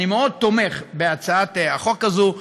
אני מאוד תומך בהצעת החוק הזאת,